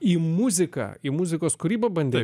į muziką į muzikos kūrybą bandei